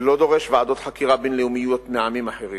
לא דורש ועדות חקירה בין-לאומיות מעמים אחרים,